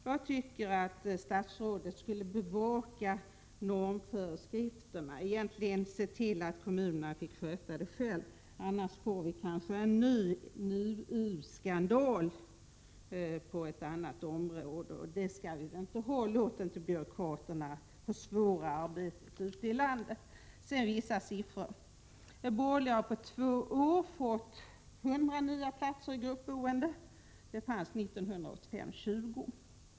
Jag tycker att statsrådet skulle bevaka normföreskrifterna, egentligen se till att kommunerna får sköta detta själva, annars får vi kanske en ny NUU-skandal. Det skall vi inte ha. Låt inte byråkraterna försvåra arbetet ute i landet. Sedan vill jag lämna vissa sifferuppgifter. De borgerliga har på två år fått fram 100 nya platser i gruppboende. Det fanns 1985 ca 20.